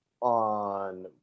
on